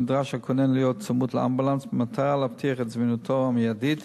נדרש הכונן להיות צמוד לאמבולנס במטרה להבטיח את זמינותו המיידית